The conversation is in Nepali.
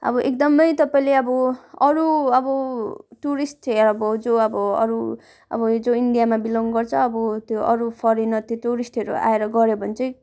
अब एकदमै तपाईँले अब अरू अब टुरिस्ट चाहिँ अब जो अब अरू अब जो इन्डियामा बिलङ गर्छ अब त्यो अरू फरेनर त्यो टुरिस्टहरू आएर गऱ्यो भने चाहिँ